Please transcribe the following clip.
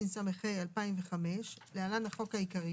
התשס"ה 2005 (להלן החוק העיקרי),